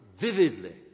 vividly